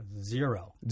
Zero